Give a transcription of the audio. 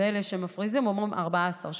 ואלה שמפריזים אומרים 14 שקלים.